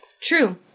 True